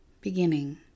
beginning